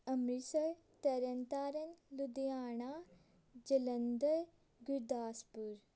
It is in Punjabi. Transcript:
ਅੰਮ੍ਰਿਤਸਰ ਤਰਨ ਤਾਰਨ ਲੁਧਿਆਣਾ ਜਲੰਧਰ ਗੁਰਦਾਸਪੁਰ